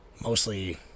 Mostly